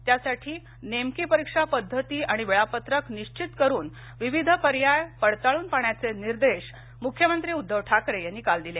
त्यासाठी नेमकी परीक्षा पद्धती आणि वेळापत्रक निश्चित करून विविध पर्याय पडताळून पाहण्याचे निर्देश मुख्यमंत्री उद्घव ठाकरे यांनी काल दिले